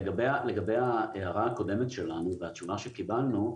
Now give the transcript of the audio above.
לגבי ההערה הקודמת שלנו והתשובה שקיבלנו,